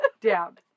Down